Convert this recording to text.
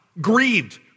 Grieved